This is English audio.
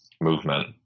movement